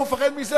הוא מפחד מזה,